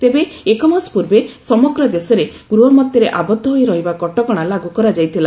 ତେବେ ଏକମାସ ପୂର୍ବେ ସମଗ୍ର ଦେଶରେ ଗୃହ ମଧ୍ୟରେ ଆବଦ୍ଧ ହୋଇ ରହିବା କଟକଣା ଲାଗୁ କରାଯାଇଥିଲା